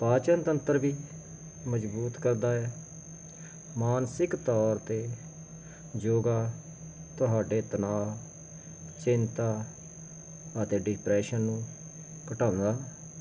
ਪਾਚਨ ਤੰਤਰ ਵੀ ਮਜ਼ਬੂਤ ਕਰਦਾ ਹੈ ਮਾਨਸਿਕ ਤੌਰ 'ਤੇ ਯੋਗਾ ਤੁਹਾਡੇ ਤਨਾਅ ਚਿੰਤਾ ਅਤੇ ਡਿਪਰੈਸ਼ਨ ਨੂੰ ਘਟਾਉਂਦਾ